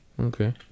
Okay